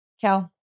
Cal